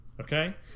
Okay